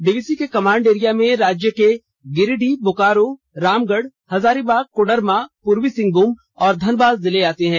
DVC के command area में राज्य के गिरिडीह बोकारो रामगढ़ हजारीबाग कोडरमा पूर्वी सिंहभूम और धनबाद जिले आतें हैं